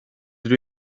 dydw